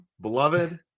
beloved